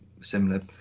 similar